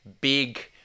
big